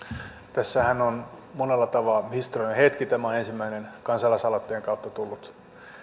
tässähän on monella tavalla historiallinen hetki tämä on ensimmäinen kansalaisaloitteen kautta tullut